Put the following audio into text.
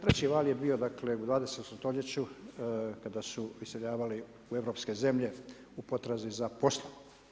Treći val je bio dakle u 20. stoljeću kada su iseljavali u europske zemlje u potrazi za poslom.